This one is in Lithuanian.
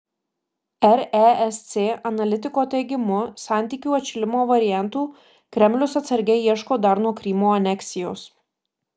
resc analitiko teigimu santykių atšilimo variantų kremlius atsargiai ieško dar nuo krymo aneksijos